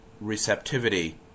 receptivity